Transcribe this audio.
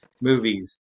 movies